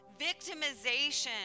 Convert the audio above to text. victimization